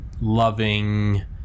loving